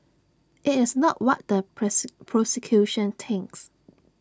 IT is not what the press prosecution thinks